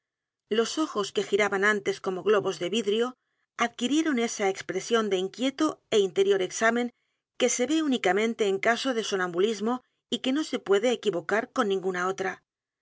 los ojos q u e giraban antes como globos de vidrio adquirieron esa expresión de inquieto é interior examen que se ve ú n i camente en caso de sonambulismo y que no se p u e d e equivocar con ninguna otra